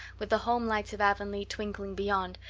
with the homelights of avonlea twinkling beyond,